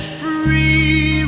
free